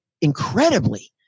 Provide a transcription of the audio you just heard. incredibly